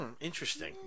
interesting